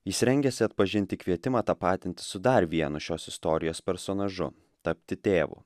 jis rengėsi atpažinti kvietimą tapatintis su dar vienu šios istorijos personažu tapti tėvu